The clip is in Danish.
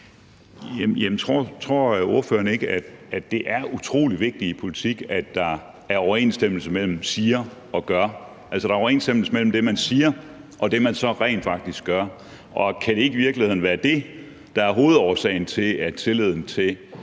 tror ordføreren ikke, at det er utrolig vigtigt i politik, at der er overensstemmelse mellem at sige og at gøre, altså at der er overensstemmelse mellem det, man siger, og det, man så rent faktisk gør? Og kan det i virkeligheden ikke være det, der er hovedårsagen til, at tilliden til